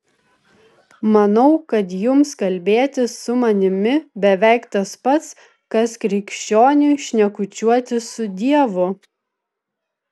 manau kad jums kalbėtis su manimi beveik tas pats kas krikščioniui šnekučiuotis su dievu